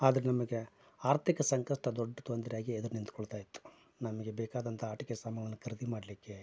ನಮಗೆ ಆರ್ಥಿಕ ಸಂಕಷ್ಟ ದೊಡ್ಡ ತೊಂದರೆಯಾಗಿ ಎದುರು ನಿಂತ್ಕೊಳ್ತಾಯಿತ್ತು ನಮಗೆ ಬೇಕಾದಂಥ ಆಟಿಕೆ ಸಾಮಾನು ಖರೀದಿ ಮಾಡಲಿಕ್ಕೆ